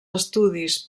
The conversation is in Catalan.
estudis